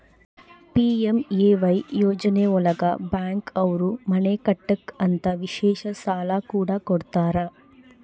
PMAY ಯೋಜನೆ ಒಳಗ bank ಅವ್ರು ಮನೆ ಕಟ್ಟಕ್ ಅಂತ ವಿಶೇಷ ಸಾಲ ಕೂಡ ಕೊಡ್ತಾರ